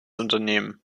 unternehmen